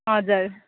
हजुर